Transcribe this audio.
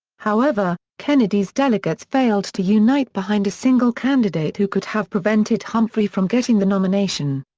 however, kennedy's delegates failed to unite behind a single candidate who could have prevented humphrey from getting the nomination.